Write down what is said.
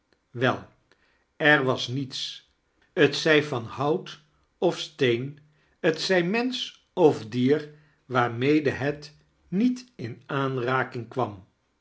wel er was niets t zij van hout of s'teen t zrj mensch of dier waarmede het niet in aanraking kwam